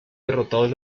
derrotados